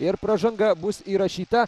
ir pražanga bus įrašyta